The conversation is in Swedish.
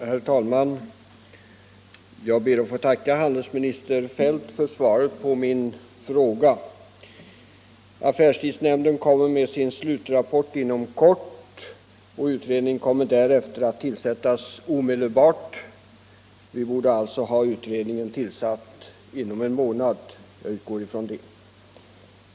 Herr talman! Jag ber att få tacka handelsminister Feldt för svaret på min fråga. Affärstidsnämnden kommer att överlämna sin slutrapport inom kort och utredningen kommer därefter att tillsättas omedelbart. Utredningen bör alltså vara tillsatt inom en månad. Jag utgår från det.